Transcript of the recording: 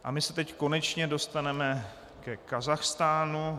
My se teď konečně dostaneme ke Kazachstánu.